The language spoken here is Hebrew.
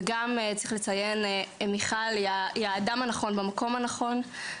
צריך לציין גם שמיכל היא האדם הנכון במקום הנכון.